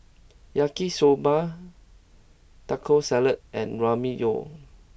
Yaki soba Taco Salad and Ramyeon